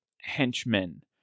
henchmen